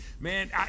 Man